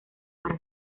para